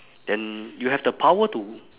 and you have the power to